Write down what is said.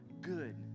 good